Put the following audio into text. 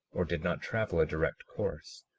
or did not travel a direct course,